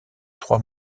trois